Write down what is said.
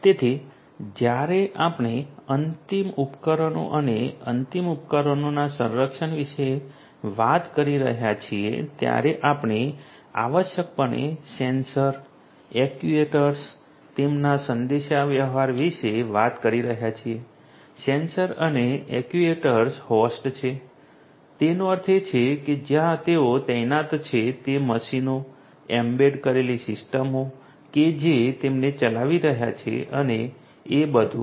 તેથી જ્યારે આપણે અંતિમ ઉપકરણો અને અંતિમ ઉપકરણોના સંરક્ષણ વિશે વાત કરી રહ્યા છીએ ત્યારે આપણે આવશ્યકપણે સેન્સર એક્ટ્યુએટર્સ તેમના સંદેશાવ્યવહાર વિશે વાત કરી રહ્યા છીએ સેન્સર અને એક્ટ્યુએટર્સ હોસ્ટ છે તેનો અર્થ એ કે જ્યાં તેઓ તૈનાત છે તે મશીનો એમ્બેડ કરેલી સિસ્ટમો કે જે તેમને ચલાવી રહ્યા છે અને એ બધું